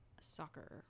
soccer